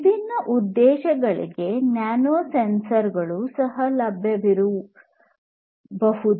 ವಿಭಿನ್ನ ಉದ್ದೇಶಗಳಿಗಾಗಿ ನ್ಯಾನೊ ಸೆನ್ಸರ್ಗಳು ಸಹ ಲಭ್ಯವಿರಬಹುದು